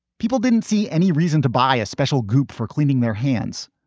people didn't see any reason to buy a special goop for cleaning their hands.